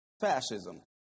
fascism